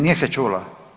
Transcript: Nije se čulo.